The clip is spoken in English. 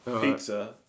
Pizza